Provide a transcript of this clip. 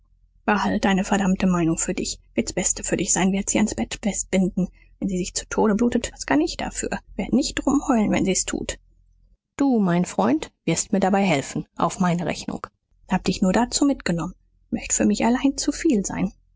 deine verdammte meinung für dich wird's beste für dich sein werd sie ans bett festbinden wenn sie sich zu tode blutet was kann ich dafür werd nicht drum heulen wenn sie's tut du mein freund wirst mir dabei helfen auf meine rechnung hab dich nur dazu mitgenommen möcht für mich allein zu viel sein